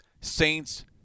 Saints